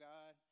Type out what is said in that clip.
God